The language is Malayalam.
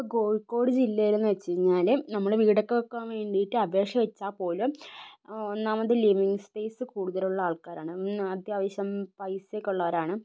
ഇപ്പം കോഴിക്കോട് ജില്ലയിലെന്ന് വെച്ച് കഴിഞ്ഞാൽ നമ്മൾ വീടൊക്കെ വെക്കാൻ വേണ്ടിയിട്ട് അപേക്ഷ വെച്ചാൽ പോലും ഒന്നാമത് ലിവിംഗ് സ്പേയ്സ് കൂടുതലുള്ള ആൾക്കാരാണ് അത്യാവശ്യം പൈസയൊക്കെ ഉള്ളവരാണ്